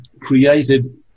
created